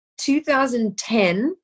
2010